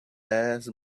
mass